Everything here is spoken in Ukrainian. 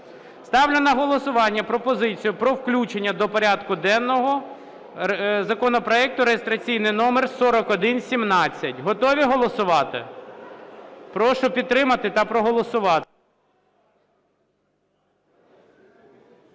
Ставлю на голосування пропозицію про включення до порядку денного законопроекту реєстраційний номер 4117. Готові голосувати? Прошу підтримати та проголосувати.